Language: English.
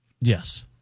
Yes